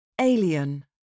Alien